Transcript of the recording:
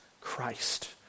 Christ